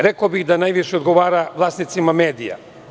Rekao bih, da najviše odgovara vlasnicima medija.